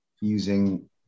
using